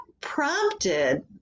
prompted